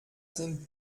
sind